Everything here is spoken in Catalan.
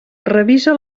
revisa